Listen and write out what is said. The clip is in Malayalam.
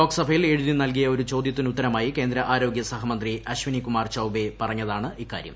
ലോക്സഭയിൽ എഴുതി നൽകിയ ഒരു ച്ചോദൃത്തിനുത്തരമായി കേന്ദ്ര ആരോഗ്യ സഹമന്ത്രി അശ്വനീക്കുമാ്ർ ചൌബെ പറഞ്ഞതാണിക്കാര്യം